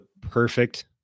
perfect